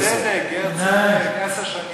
גר צדק, גר צדק עשר שנים.